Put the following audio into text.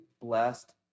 blessed